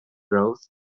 growth